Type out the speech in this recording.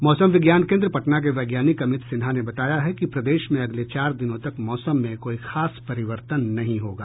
मौसम विज्ञान केन्द्र पटना के वैज्ञानिक अमित सिन्हा ने बताया है कि प्रदेश में अगले चार दिनों तक मौसम में कोई खास परिवर्तन नहीं होगा